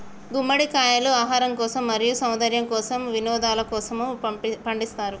గుమ్మడికాయలు ఆహారం కోసం, మరియు సౌందర్యము కోసం, వినోదలకోసము పండిస్తారు